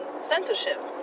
censorship